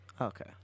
Okay